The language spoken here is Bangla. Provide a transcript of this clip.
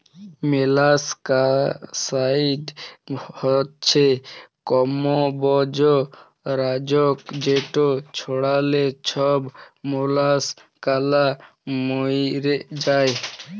মলাসকাসাইড হছে কমবজ লাসক যেট ছড়াল্যে ছব মলাসকালা ম্যইরে যায়